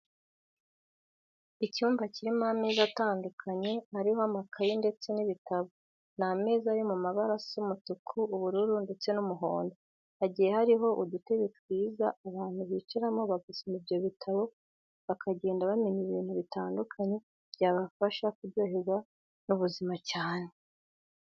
Icyumba kirimo ameza atandukanye ariho amakaye ndetse n'ibitabo. Ni ameza ari mu mabara asa umutuku, ubururu ndetse n'umuhondo. Hagiye hariho udutebe twiza abantu bicaramo bagasoma ibyo bitabo bakagenda bamenya ibintu bitandukanye byabafasha kuryoherwa n'ubuzima cyane.